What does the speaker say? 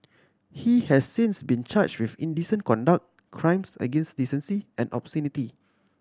he has since been charge with indecent conduct crimes against decency and obscenity